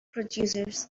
producers